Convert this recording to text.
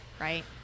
right